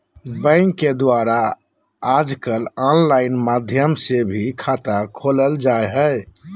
bank के द्वारा आजकल आनलाइन माध्यम से भी खाता खोलल जा हइ